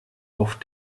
auf